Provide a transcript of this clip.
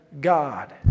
God